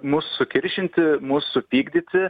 mus sukiršinti mus supykdyti